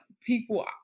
people